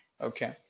okay